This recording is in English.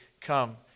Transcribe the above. come